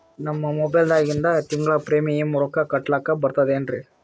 ನಮ್ಮ ಮೊಬೈಲದಾಗಿಂದ ತಿಂಗಳ ಪ್ರೀಮಿಯಂ ರೊಕ್ಕ ಕಟ್ಲಕ್ಕ ಬರ್ತದೇನ್ರಿ?